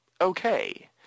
okay